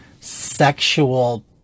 sexual